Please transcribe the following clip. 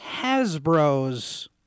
Hasbro's